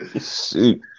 Shoot